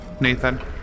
Nathan